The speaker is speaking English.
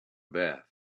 bath